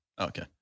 Okay